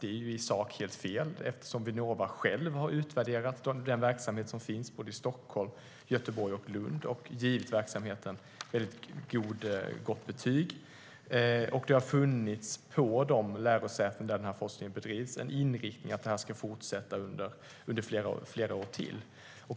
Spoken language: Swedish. Det är fel i sak eftersom Vinnova själv har utvärderat den verksamhet som finns i Stockholm, Göteborg och Lund och givit verksamheten gott betyg. På de lärosäten där denna forskning bedrivs har det funnits en inriktning att den ska fortsätta i flera år till.